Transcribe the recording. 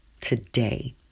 today